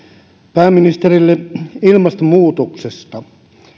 pääministerille ilmastonmuutoksesta